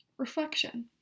Reflection